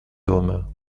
hommes